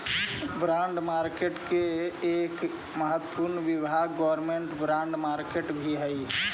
bond market के एक महत्वपूर्ण विभाग गवर्नमेंट बॉन्ड मार्केट भी हइ